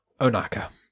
Onaka